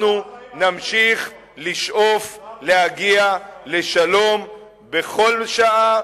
אנחנו נמשיך לשאוף להגיע לשלום בכל שעה,